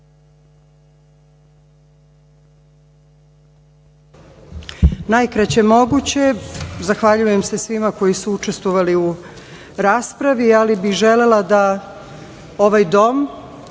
Najkraće moguće. Zahvaljujem se svima koji su učestvovali u raspravi, ali bih želela da ovaj dom,